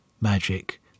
magic